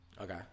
Okay